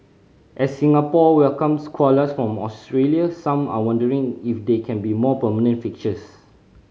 as Singapore welcomes koalas from Australia some are wondering if they can be a more permanent fixtures